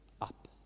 up